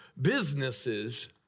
businesses